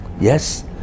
yes